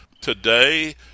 Today